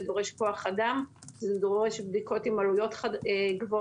זה דורש כוח אדם וזה דורש בדיקות עם עלויות גבוהות.